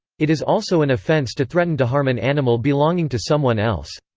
it is also an offence to threaten to harm an animal belonging to someone else.